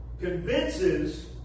convinces